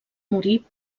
morir